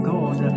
God